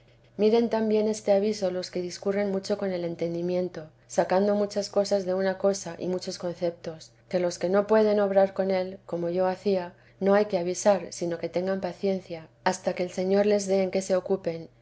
miren también este aviso los que discurren mucho con el entendimiento sacando muchas cosas de una cosa y muchos conceptos que de los que no pueden obrar con él como yo hacía no hay que avisar sino que tengan paciencia hasta que el señor les dé en qué se ocupen